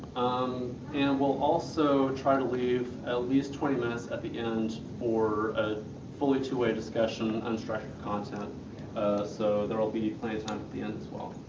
um and we'll also try to leave at least twenty minutes at the end for a fully two-way discussion, unstructured content so there'll be plenty of time at the end as well.